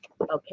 okay